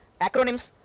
acronyms